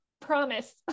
Promise